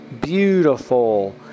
beautiful